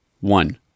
one